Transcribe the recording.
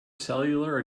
cellular